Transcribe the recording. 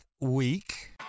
week